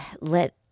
let